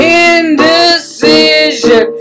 indecision